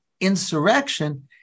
insurrection